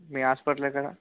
మీ hospital ఎక్కడ